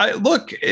look